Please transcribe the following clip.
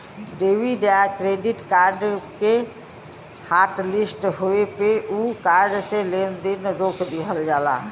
debit या credit card के hotlist होये पे उ कार्ड से लेन देन रोक दिहल जाला